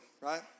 Right